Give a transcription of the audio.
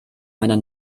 meiner